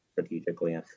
Strategically